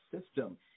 system